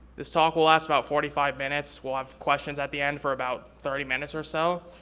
this talk will last about forty five minutes, we'll have questions at the end for about thirty minutes or so.